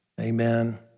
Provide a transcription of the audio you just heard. Amen